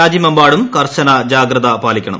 രാജ്യമെമ്പാടും കർശന ജാഗ്രത പാലിക്കണം